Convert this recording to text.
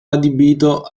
adibito